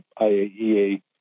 IAEA